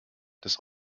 das